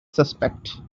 suspect